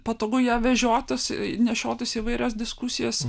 patogu ją vežiotis nešiotis į įvairias diskusijas